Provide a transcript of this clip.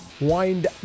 Wind